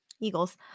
Eagles